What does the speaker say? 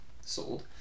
sold